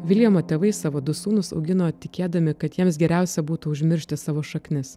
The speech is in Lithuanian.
viljamo tėvai savo du sūnus augino tikėdami kad jiems geriausia būtų užmiršti savo šaknis